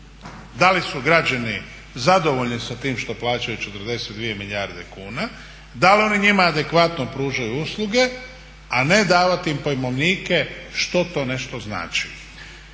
da li su građani zadovoljni sa tim što plaćaju 42 milijarde kuna, da li oni njima adekvatno pružaju usluge a ne davati im pojmovnike što to nešto znači.